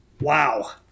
wow